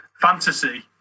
fantasy